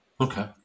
Okay